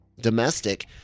domestic